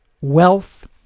wealth